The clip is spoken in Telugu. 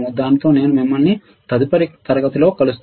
దానితో నేను మిమ్మల్ని తదుపరి తరగతిలో కలుస్తాను